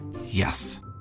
Yes